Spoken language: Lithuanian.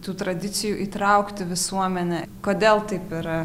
tų tradicijų įtraukti visuomenę kodėl taip yra